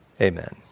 amen